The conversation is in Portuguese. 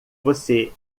você